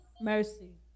mercy